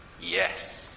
Yes